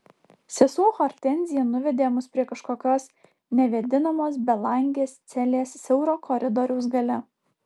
sesuo hortenzija nuvedė mus prie kažkokios nevėdinamos belangės celės siauro koridoriaus gale